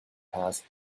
passed